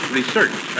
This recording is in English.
research